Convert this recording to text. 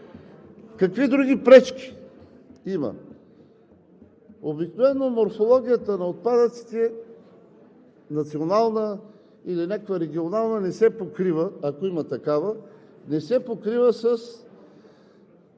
Какви други пречки има? Обикновено морфологията на отпадъците – национална или някаква регионална, не се покрива, ако има такава, със структурата